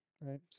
Right